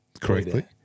correctly